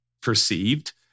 perceived